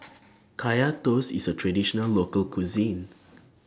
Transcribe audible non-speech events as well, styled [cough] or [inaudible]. [noise] Kaya Toast IS A Traditional Local Cuisine